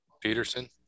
Peterson